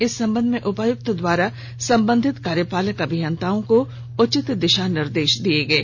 इस संबंध में उपायुक्त द्वारा संबंधित कार्यपालक अभियंताओं को उचित दिशा निर्देश दिये गये